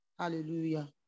Hallelujah